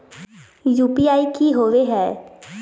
UPI की होवे है?